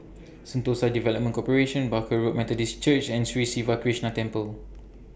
Sentosa Development Corporation Barker Road Methodist Church and Sri Siva Krishna Temple